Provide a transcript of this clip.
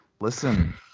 Listen